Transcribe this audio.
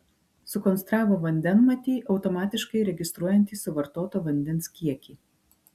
sukonstravo vandenmatį automatiškai registruojantį suvartoto vandens kiekį